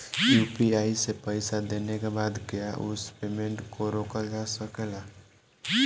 UPI से पईसा देने के बाद क्या उस पेमेंट को रोकल जा सकेला?